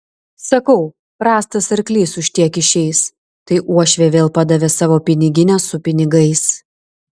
sakau prastas arklys už tiek išeis tai uošvė vėl padavė savo piniginę su pinigais